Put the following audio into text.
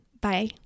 Bye